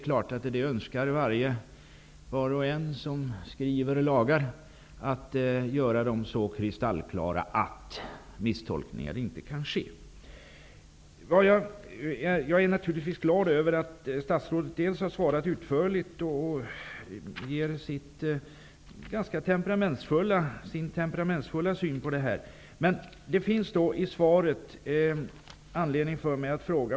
Var och en som skriver lagar önskar göra dem så kristallklara att misstolkningar inte kan ske. Jag är naturligtvis glad över att statsrådet har svarat utförligt och givit sin ganska temperamentsfulla syn på detta ämne. Men det finns i svaret en sak som ger mig anledning att fråga.